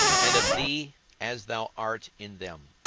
and of thee as thou art in them.